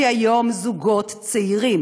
כי היום זוגות צעירים